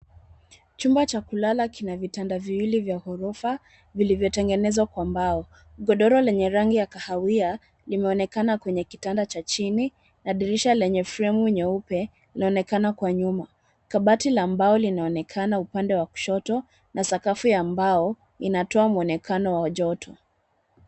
Chumba cha kulala kina vitanda viwili ghorofa vilivyotegenezwa kwa mbao. Godoro lenye rangi ya kahawia limeonekana kwenye kitanda cha chini na dirisha lenye fremu nyeupe linaonekana kwa nyuma. Kabati la mbao linaonekana upande wa kushoto. Na sakafu ya mbao inatoa mwonekano wa joto.